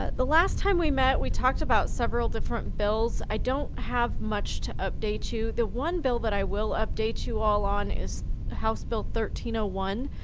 ah the last time we met we talked about several different bills. i don't have much to update you. the one bill that i will update you all on is house bill ah one